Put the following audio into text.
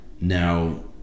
Now